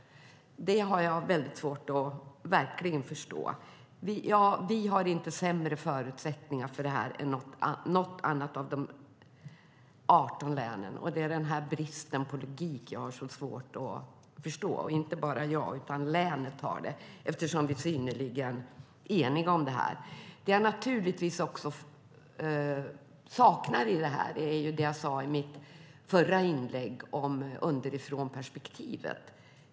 Det har jag svårt att verkligen förstå. Vi har inte sämre förutsättningar för det här än något annat av de 18 länen. Det är den här bristen på logik jag har så svårt att förstå. Inte bara jag utan även länet har det eftersom vi är synnerligen eniga om det. Det jag naturligtvis också saknar i det här är det jag sade i mitt förra inlägg om underifrånperspektivet.